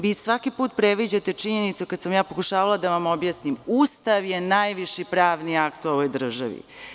Vi svaki put predviđate činjenicu, kada sam pokušavala da vam objasnim, Ustav je najviši pravni akt u ovoj državi.